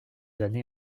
années